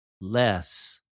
less